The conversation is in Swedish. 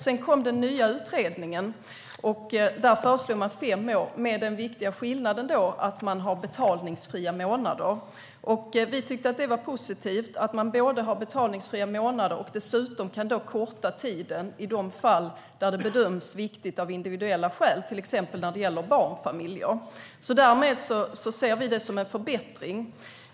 Sedan kom den nya utredningen, och där föreslogs fem år, med den viktiga skillnaden att man har betalningsfria månader. Vi tyckte att det var positivt att både ha betalningsfria månader och möjlighet att korta tiden i de fall där det bedöms som viktigt av individuella skäl, till exempel när det gäller barnfamiljer. Därmed ser vi det som en förbättring.